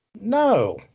No